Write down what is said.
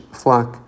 flock